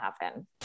happen